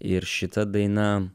ir šita daina